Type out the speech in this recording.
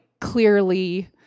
clearly